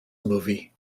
movie